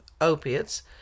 opiates